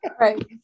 Right